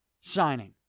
signing